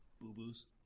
Boo-boos